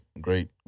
great